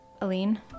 aline